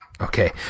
Okay